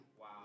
Wow